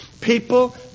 People